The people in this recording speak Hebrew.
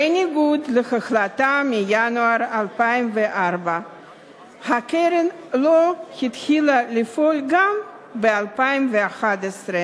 בניגוד להחלטה מינואר 2004. הקרן לא התחילה לפעול גם ב-2011.